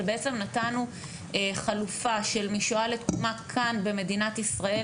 בעצם נתנו חלופה של משואה לתקומה כאן במדינת ישראל.